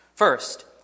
First